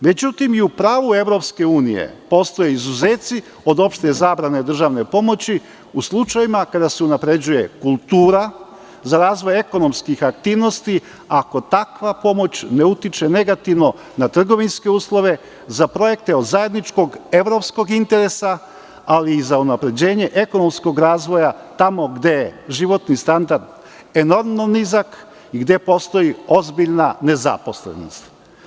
Međutim, i u pravu EU postoje izuzeci od opšte zabrane državne pomoći u slučajevima kada se unapređuje kultura, za razvoj ekonomskih aktivnosti ako takva pomoć ne utiče negativno na trgovinske uslove za projekte od zajedničkog evropskog interesa, ali i za unapređenje ekonomskog razvoja tamo gde je životni standard enormno nizak i gde postoji ozbiljna nezaposlenost.